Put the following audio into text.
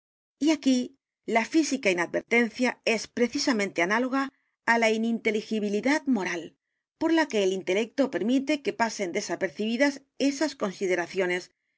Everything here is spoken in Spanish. y aquí la física inadvertencia es precisamente análoga á la ininteligibilidad moral por la que el intelecto permite que pasen desapercibidas esas consideraciones que